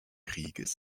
krieges